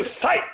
sight